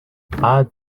add